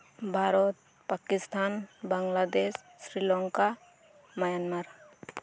Bharat Pakistan Bangladesh Sri Lanka Myanmar